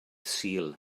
sul